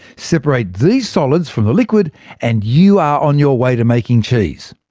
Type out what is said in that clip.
separate these solids from the liquid and you are on your way to making cheese.